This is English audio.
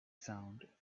sound